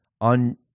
On